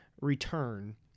return